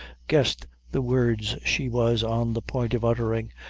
guessed the words she was on the point of uttering,